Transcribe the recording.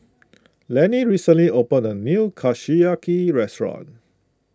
Lenny recently opened a new Kushiyaki restaurant